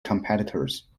competitors